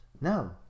No